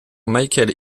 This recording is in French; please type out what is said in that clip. michael